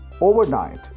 overnight